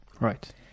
right